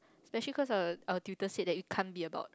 especially cause er our tutor said that it can't be about